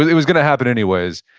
it was going to happens anyways.